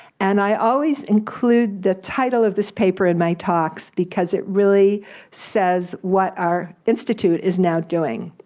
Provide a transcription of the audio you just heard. and i always include the title of this paper in my talks, because it really says what our institute is now doing.